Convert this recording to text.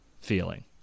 feeling